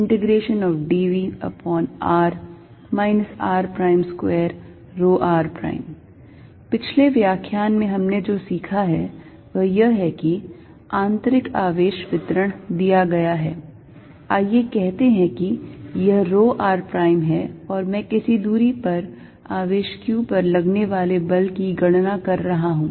Fq4π0dVr r2ρr पिछले व्याख्यान में हमने जो सीखा है वह यह है कि आंतरिक आवेश वितरण दिया गया है आइए कहते हैं कि यह rho r prime है और मैं किसी दूरी पर आवेश q पर लगने वाले बल की गणना कर रहा हूँ